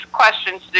questions